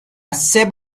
sip